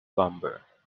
bomber